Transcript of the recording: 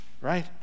right